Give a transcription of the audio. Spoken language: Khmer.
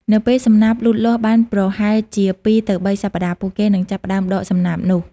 នៅពេលសំណាបលូតលាស់បានប្រហែលជាពីរទៅបីសប្តាហ៍ ពួកគេនឹងចាប់ផ្តើមដកសំណាបនោះ។